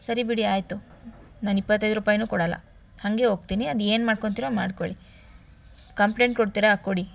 ಸರಿ ಬಿಡಿ ಆಯಿತು ನಾನು ಇಪ್ಪತ್ತೈದು ರೂಪಾಯಿನೂ ಕೊಡಲ್ಲ ಹಾಗೆ ಹೋಗ್ತಿನಿ ಅದೇನು ಮಾಡ್ಕೋತೀರೋ ಮಾಡಿಕೊಳ್ಳಿ ಕಂಪ್ಲೇಂಟ್ ಕೊಡ್ತೀರಾ ಕೊಡಿ